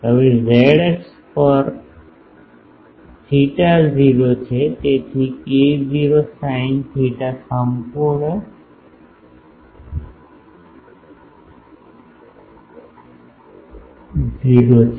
હવે ઝેડ અક્ષ પર theta 0 છે તેથી k0 સાઈન થેટા સંપૂર્ણ 0 છે